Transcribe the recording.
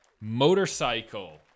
Motorcycle